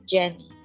Jenny